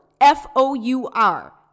F-O-U-R